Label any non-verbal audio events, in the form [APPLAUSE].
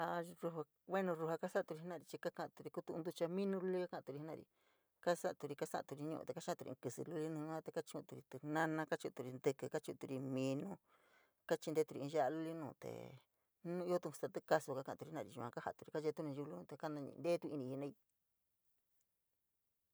[UNINTELLIGIBLE] bueno rru jaa kads’aturi jenari chii kaa ka’aturi in ntuchaminu luli ja ka ka’atori jenari, kasa’aturi, kasaturi ñu’u te kaxiaturi ín kísí luli nu ñu’ua te kachu’uturi tínana, kaa chu’uturi ntíkí, kaa chi’uturi minu, kaa chenturi ín ya’a luli nuu tee nu iootu staa tíkasu kaka’aturi jenari yua kayeetu nayiu luliun te kanañi’ii nteetu iniíí jenaíí.